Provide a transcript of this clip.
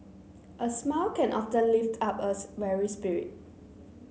a smile can often lift up a weary spirit